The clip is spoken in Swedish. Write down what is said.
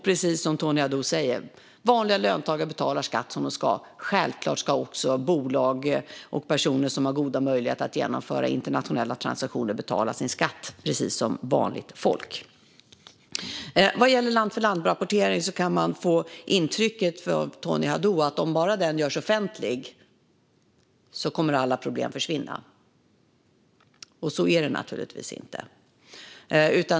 Precis som Tony Haddou säger betalar vanliga löntagare skatt som de ska, och självklart ska även bolag och personer som har goda möjligheter att genomföra internationella transaktioner betala sin skatt precis som vanligt folk. Vad gäller land-för-land-rapportering kan man få intrycket från Tony Haddou att alla problem kommer att försvinna om den bara görs offentlig. Så är det naturligtvis inte.